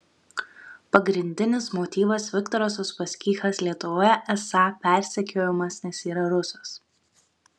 pagrindinis motyvas viktoras uspaskichas lietuvoje esą persekiojamas nes yra rusas